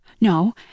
No